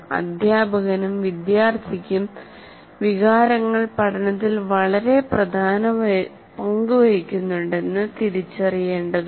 അധ്യാപകനും വിദ്യാർത്ഥികളും വികാരങ്ങൾ പഠനത്തിൽ വളരെ പ്രധാന പങ്ക് വഹിക്കുന്നുണ്ടെന്ന് തിരിച്ചറിയേണ്ടതുണ്ട്